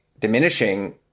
diminishing